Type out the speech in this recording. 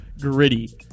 Gritty